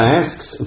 asks